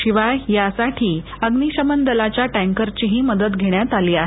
शिवाय यासाठी अग्निशमन दलाच्या टॅकरची मदत घेण्यात आली आहे